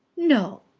no!